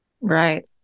right